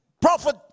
prophet